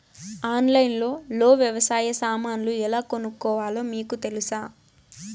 ఆన్లైన్లో లో వ్యవసాయ సామాన్లు ఎలా కొనుక్కోవాలో మీకు తెలుసా?